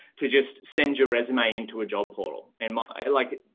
to just send your resume into a job portal and my like,